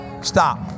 Stop